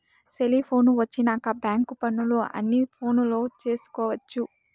cellphone వచ్చినాక bank పనులు అన్ని ఫోనులో చేసుకొవచ్చు